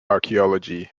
archaeology